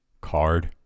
Card